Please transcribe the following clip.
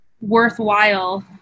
worthwhile